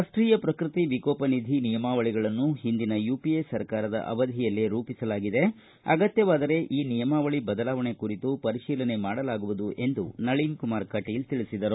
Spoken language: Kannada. ರಾಷ್ಷೀಯ ಪ್ರಕೃತಿ ವಿಕೋಪ ನಿಧಿ ನಿಯಮಾವಳಗಳನ್ನು ಹಿಂದಿನ ಯುಪಿಎ ಸರ್ಕಾರದ ಅವಧಿಯಲ್ಲೇ ರೂಪಿಸಲಾಗಿದೆ ಅಗತ್ತವಾದರೆ ಈ ನಿಯಮಾವಳಿ ಬದಲಾವಣೆ ಕುರಿತು ಪರಿಶೀಲನೆ ಮಾಡಲಾಗುವುದು ಎಂದು ನಳೀನಕುಮಾರ್ ಕಟೀಲ ಹೇಳಿದರು